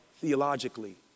theologically